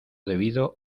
debido